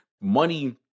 Money